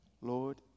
Lord